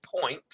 Point